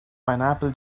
pineapple